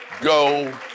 go